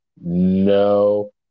No